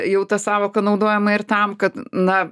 jau ta sąvoka naudojama ir tam kad na